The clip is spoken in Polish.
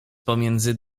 pomiędzy